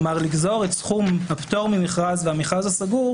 כלומר, לגזור את סכום הפטור ממכרז והמכרז הסגור